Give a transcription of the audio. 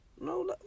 No